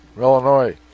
Illinois